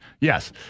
Yes